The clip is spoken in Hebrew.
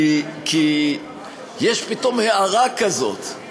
כי יש פתאום הארה כזאת.